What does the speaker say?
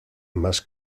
más